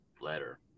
letter